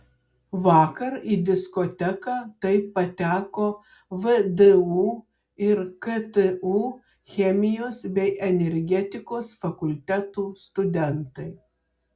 vakar į diskoteką taip pateko vdu ir ktu chemijos bei energetikos fakultetų studentai